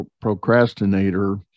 procrastinator